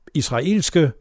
israelske